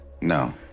No